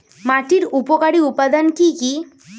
মাটির উপকারী উপাদান কি কি?